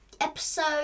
episode